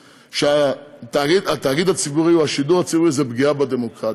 העניין: התאגיד הציבורי או השידור הציבורי הוא פגיעה בדמוקרטיה,